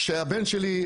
כשהבן שלי,